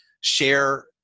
share